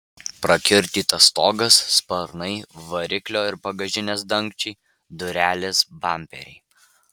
prakiurdytas stogas sparnai variklio ir bagažinės dangčiai durelės bamperiai